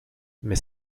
mais